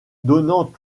donnant